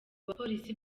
bapolisi